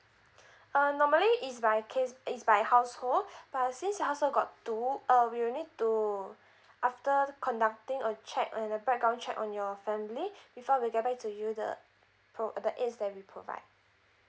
uh normally it's by case it's by household but since your household got two uh we will need to after conducting a check on the back on check on your family before we get back to you the pro~ uh the aids that we provide